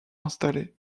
installés